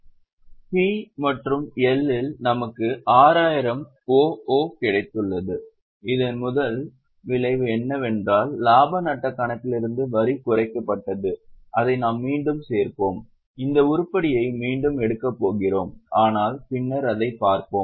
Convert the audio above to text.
P மற்றும் L இல் நமக்கு 6000 OO கிடைத்தது இதன் முதல் விளைவு என்னவென்றால் இலாப நட்டக் கணக்கிலிருந்து வரி குறைக்கப்பட்டது அதை நாம் மீண்டும் சேர்ப்போம் இந்த உருப்படியை மீண்டும் எடுக்கப் போகிறோம் ஆனால் பின்னர் அதைப் பார்ப்போம்